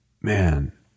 man